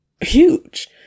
huge